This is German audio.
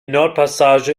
nordpassage